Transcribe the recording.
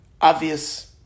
obvious